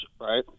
right